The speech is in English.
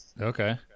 Okay